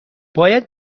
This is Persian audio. باید